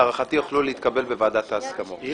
להערכתי יוכלו להתקבל בוועדת ההסכמות.